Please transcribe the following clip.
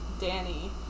Danny